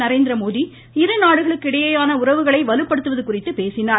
நரேந்திரமோடி இருநாடுகளுக்கு இடையேயான உறவுகளை வலுப்படுத்துவது குறித்து பேசினார்